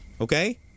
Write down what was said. okay